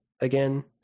again